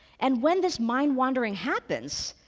and when this mind wandering happens,